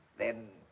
then.